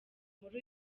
muri